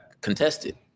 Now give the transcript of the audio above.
contested